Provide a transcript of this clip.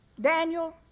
daniel